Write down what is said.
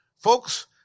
Folks